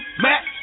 Mac